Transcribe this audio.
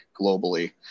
globally